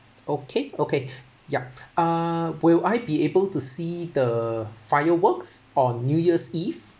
okay okay yup uh will I be able to see the fireworks on new year's eve